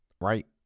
Right